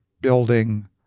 building